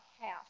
half